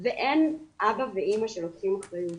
ואין אבא ואימא שלוקחים אחריות.